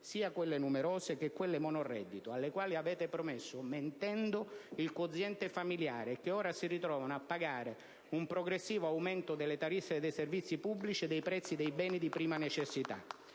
sia quelle numerose che quelle monoreddito alle quali avete promesso, mentendo, il quoziente familiare, quando ora si ritrovano a pagare un progressivo aumento delle tariffe dei servizi pubblici e dei prezzi dei beni di prima necessità.